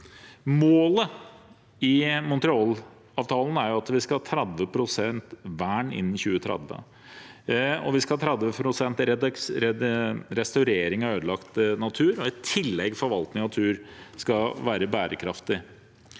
Målet i Montrealavtalen er at vi skal ha 30 pst. vern innen 2030, og vi skal ha 30 pst. restaurering av ødelagt natur, i tillegg at forvaltning av natur skal være bærekraftig.